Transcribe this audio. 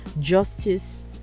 justice